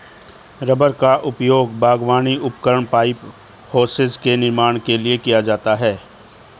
rubber का उपयोग बागवानी उपकरण, पाइप और होसेस के निर्माण के लिए किया जाता है